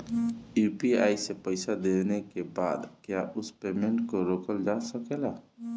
UPI से पईसा देने के बाद क्या उस पेमेंट को रोकल जा सकेला?